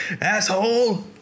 Asshole